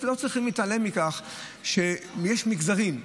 לא צריכים להתעלם מכך שיש מגזרים,